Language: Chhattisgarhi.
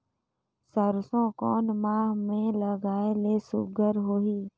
सरसो कोन माह मे लगाय ले सुघ्घर होही?